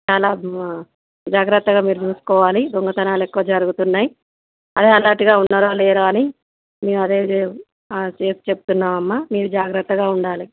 చాలా జాగ్రతగా మీరు చూసుకోవాలి దొంగతనాలు ఎక్కువ జరుగుతున్నాయి అదే అని అలర్ట్గా ఉన్నరా లేరా అని మేము అదే చెప్తున్నానామ్మా మీరు జాగ్రత్తగా ఉండాలి